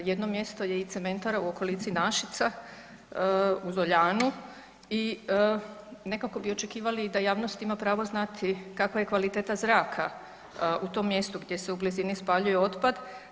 Jedno mjesto je i cementara u okolici Našica u Zoljanu i nekako bi očekivali da javnost ima pravo znati kakva je kvaliteta zraka u tom mjestu gdje se u blizini spaljuje otpad.